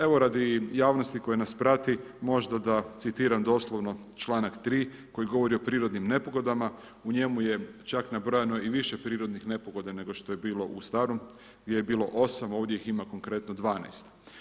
Evo, radi javnosti koja nas prati, možda da citiram doslovno čl. 3. koji govori o prirodnim nepogodama, u njemu je čak nabrojana i više prirodnih nepogoda nego što je bilo u starom, gdje je bilo 8. a ovdje ih ima konkretno 12.